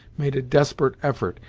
made a desperate effort,